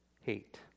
hate